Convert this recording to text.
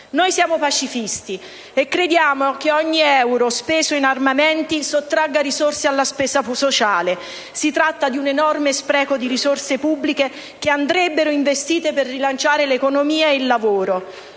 Noi siamo pacifisti e crediamo che ogni euro speso in armamenti sottragga risorse alla spesa sociale: si tratta di un enorme spreco di risorse pubbliche che andrebbero investite per rilanciare l'economia e il lavoro.